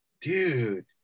dude